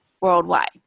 worldwide